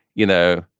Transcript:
you know,